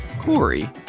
Corey